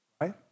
right